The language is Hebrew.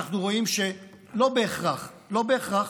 אנחנו רואים שלא בהכרח, לא בהכרח.